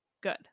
Good